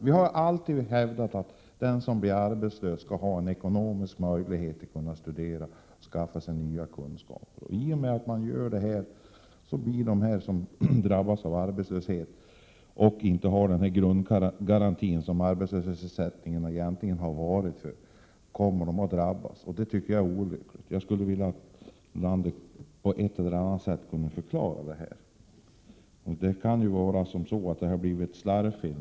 Vi har alltid hävdat att den som blir arbetslös skall få en ekonomisk möjlighet att studera och skaffa sig nya kunskaper. De som blir arbetslösa och inte har den grundgaranti som arbetslöshetsersättningen egentligen utgör kommer att drabbas. Det är olyckligt. Jag skulle vilja att Lars Ulander på ett eller annat sätt förklarar detta. Det kan också vara så att det bara är ett slarvfel.